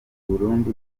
burundi